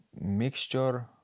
mixture